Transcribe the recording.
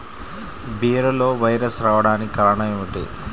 బీరలో వైరస్ రావడానికి కారణం ఏమిటి?